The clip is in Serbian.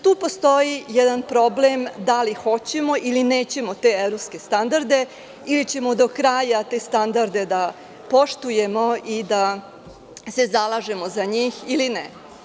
Tu postoji jedan problem, da li hoćemo ili nećemo te evropske standarde ili ćemo do kraja te standarde da poštujemo i da se zalažemo za njih, ili ne.